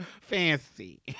fancy